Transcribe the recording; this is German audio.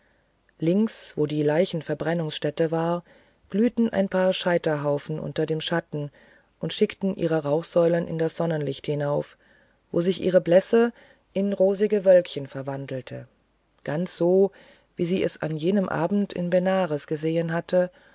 links wo die leichenverbrennungsstätte war glühten ein paar scheiterhaufen unten im schatten und schickten ihre rauchsäulen in das sonnenlicht hinauf wo sich ihre blässe in rosige wölkchen umwandelte ganz so wie sie es an jenem abend in benares gesehen hatte